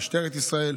משטרת ישראל,